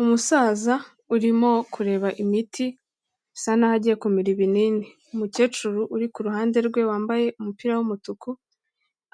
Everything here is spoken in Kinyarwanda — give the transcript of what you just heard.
Umusaza urimo kureba imiti, asa naho agiye kumira ibinini, umukecuru uri ku ruhande rwe wambaye umupira w'umutuku